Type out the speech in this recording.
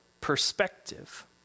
perspective